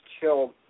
killed